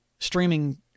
streaming